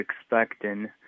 expecting